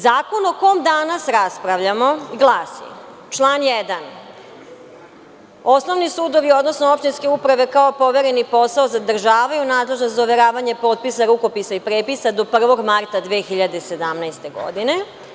Zakon o kom danas raspravljamo glasi, član 1. – Osnovni sudovi, odnosno opštinske uprave, kao povereni posao zadržavaju nadležnost za overavanje potpisa, rukopisa i prepisa do 1. marta 2017. godine.